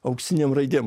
auksinėm raidėm